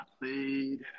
played